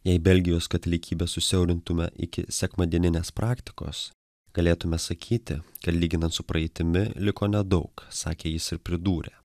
jei belgijos katalikybę susiaurintume iki sekmadieninės praktikos galėtume sakyti kad lyginant su praeitimi liko nedaug sakė jis ir pridūrė